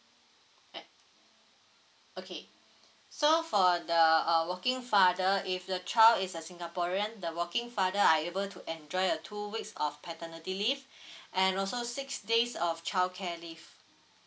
eh okay so for the uh working father if the child is a singaporean the working father are able to enjoy a two weeks of paternity leave and also six days of childcare leave